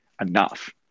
enough